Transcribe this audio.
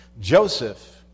Joseph